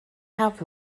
have